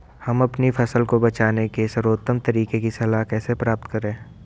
हम अपनी फसल को बचाने के सर्वोत्तम तरीके की सलाह कैसे प्राप्त करें?